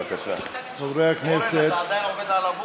חברי הכנסת,